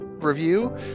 Review